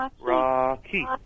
Rocky